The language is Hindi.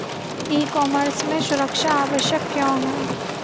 ई कॉमर्स में सुरक्षा आवश्यक क्यों है?